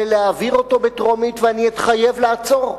זה להעביר אותו בטרומית, ואני אתחייב לעצור.